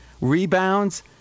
rebounds